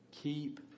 Keep